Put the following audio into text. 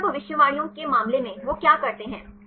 Meta भविष्यवाणियों के मामले में वो क्या करते है